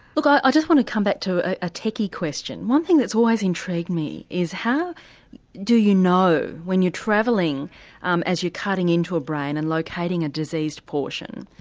look i just want to come back to a techie question, one thing that's always intrigued me is how do you know when you're travelling um as you are cutting into a brain and locating a diseased portion,